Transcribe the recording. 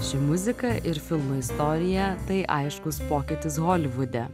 ši muzika ir filmo istorija tai aiškus pokytis holivude